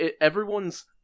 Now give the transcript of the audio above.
everyone's